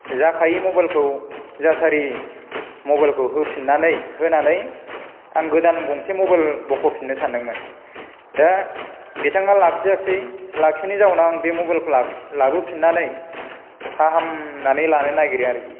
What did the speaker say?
जाखायै मबाइलखौ जाथारै मबाइलखौ होफिन्नानै होनानै आं गोदान गंसे मबाइल बख'फिननो सानदोंमोन दा बिथाङा लाखियासै लाखियैनि जाउनाव आं बे मबाइलखौ लाखि लाबोफिन्नानै फाहामनानै लानो नागिरो आखि